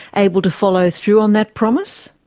able to follow through on that promise?